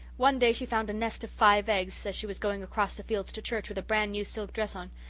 one day she found a nest of five eggs as she was going across the fields to church with a brand new blue silk dress on.